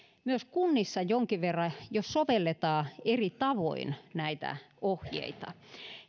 myös kunnissa jonkin verran jo sovelletaan eri tavoin näitä ohjeita